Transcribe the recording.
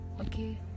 okay